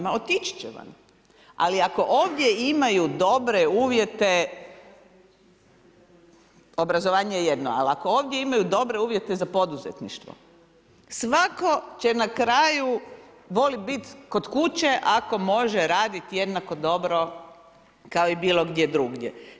Ma otići će van, ali ako ovdje imaju dobre uvjete obrazovanje je jedno, ali ako ovdje imaju dobre uvjete za poduzetništvo, svako će na kraju volit bit kod kuće ako može raditi jednako dobro kao i bilo gdje drugdje.